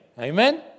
Amen